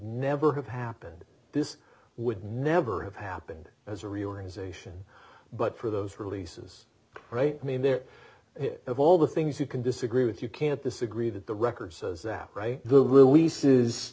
never have happened this would never have happened as a reorganization but for those releases right i mean there of all the things you can disagree with you can't disagree that the record says that